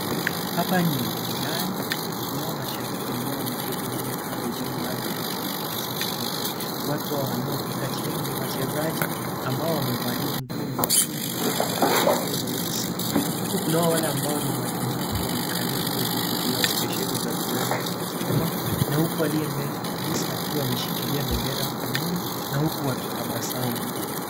Hapa ni uwanjani, kuna hao mashabiki ambao wameketi mle kando juu mahala ambapo wanapaswa kuketi. Watu hawa wanaopita chini ni wachezaji ambao wamevalia nguo nyekundu wengine kwa nguo nyeusi huku kuna wale ambao ni walemavu wamekalia vile viti vyao spesheli vya kuweza kusukuma na huku aliye mbele kabisa akiwa ameshikilia pendera mkononi na huku wakitabasamu.